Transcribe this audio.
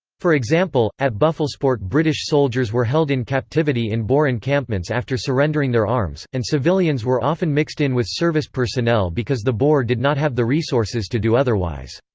for example, at buffelspoort british soldiers were held in captivity in boer encampments after surrendering their arms, and civilians were often mixed in with service personnel because the boer did not have the resources to do otherwise.